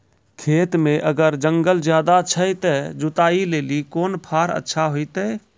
खेत मे अगर जंगल ज्यादा छै ते जुताई लेली कोंन फार अच्छा होइतै?